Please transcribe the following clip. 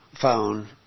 phone